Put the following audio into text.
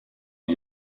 die